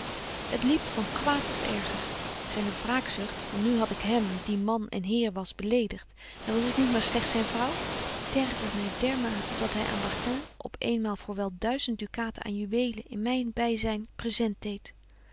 het liep van kwaad tot erger zyne wraakzucht want nu had ik hem die man en heer was beledigt en was ik niet maar slegts zyn vrouw tergde my dermate dat hy aan bartin op eenmaal voor wel duizend ducaten aan juweelen in myn byzyn present deedt